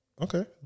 Okay